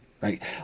right